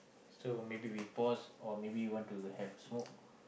so maybe we pause or maybe we want to have smoke